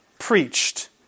preached